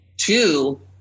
Two